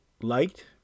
liked